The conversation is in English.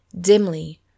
dimly